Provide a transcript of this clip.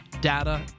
data